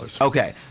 Okay